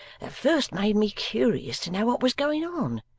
that first made me curious to know what was going on.